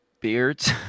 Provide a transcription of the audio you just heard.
beards